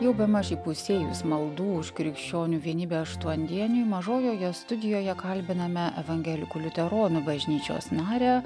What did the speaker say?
jau bemaž įpusėjus maldų už krikščionių vienybę aštuondieniui mažojoje studijoje kalbiname evangelikų liuteronų bažnyčios narę